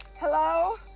hello?